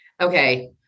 Okay